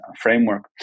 framework